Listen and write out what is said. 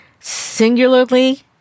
singularly